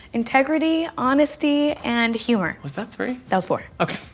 integrity, honesty, and humor. was that three? that was four. ok,